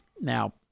Now